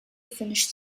finish